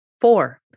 Four